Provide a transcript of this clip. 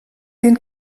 den